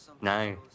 No